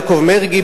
יעקב מרגי,